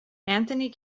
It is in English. anthony